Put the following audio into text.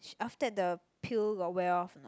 sh~ after that the pill got wear off or not